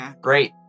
Great